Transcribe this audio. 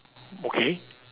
okay